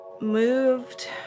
moved